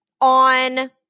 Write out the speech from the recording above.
on